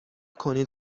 کنید